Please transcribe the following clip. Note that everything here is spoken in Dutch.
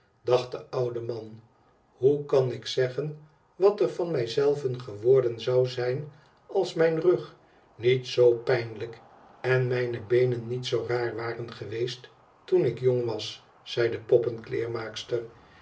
dacht de oude man thoe kan ik zeggen wat er van mij zelve geworden zou zijn als mijn rug niet zoo pijnlijk en mijne beenen niet zoo raar waren geweest toen ik jong was zei de